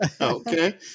Okay